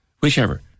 whichever